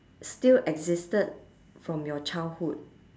still existed from your childhood